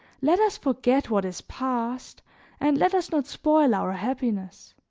let us forget what is past and let us not spoil our happiness.